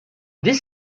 this